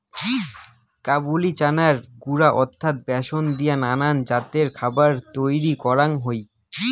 কাবুলি চানার গুঁড়া অর্থাৎ ব্যাসন দিয়া নানান জাতের খাবার তৈয়ার করাং হই